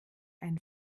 einen